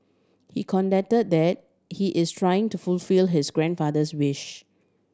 he contend that he is trying to fulfil his grandfather's wish